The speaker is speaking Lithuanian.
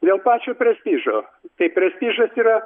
dėl pačio prestižo tai prestižas yra